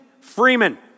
Freeman